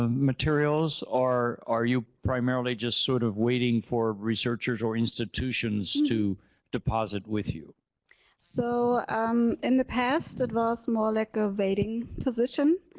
ah materials are are you primarily just sort of waiting for researchers or institutions to deposit with you so in the past it was more like evading position